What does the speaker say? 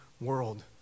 world